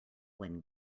when